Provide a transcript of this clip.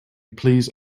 please